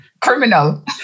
Criminal